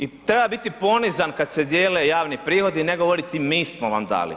I treba biti ponizan kada se dijele javni prihodi, a ne govoriti mi smo vam dali.